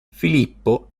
filippo